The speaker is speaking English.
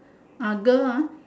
ah girl ah